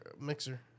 mixer